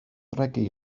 regi